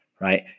Right